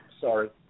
Sorry